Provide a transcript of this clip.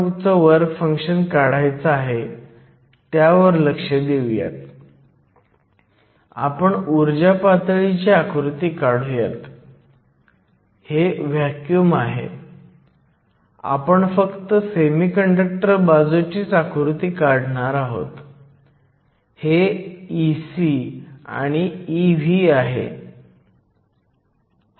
तर आपण ते करण्यापूर्वी मी प्रथम 2 क्षेत्रांसाठी स्वतंत्रपणे इनर्जी बँड आकृती काढतो आणि नंतर जंक्शनसाठी इनर्जी बँड आकृती काढण्यासाठी त्यांना एकत्र ठेवू शकतो